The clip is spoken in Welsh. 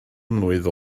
mlwydd